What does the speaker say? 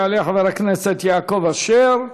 יעלה חבר הכנסת יעקב אשר,